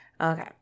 Okay